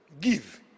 Give